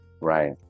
Right